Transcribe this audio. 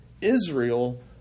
Israel